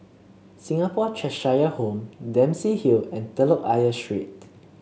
Singapore Cheshire Home Dempsey Hill and Telok Ayer Street